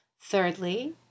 Thirdly